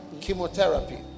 Chemotherapy